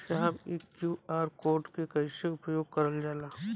साहब इ QR code के कइसे उपयोग करल जाला?